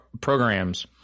programs